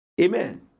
Amen